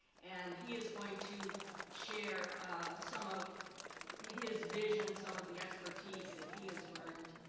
and he is going to share some of his vision, some of the expertise that he has learned,